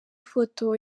foto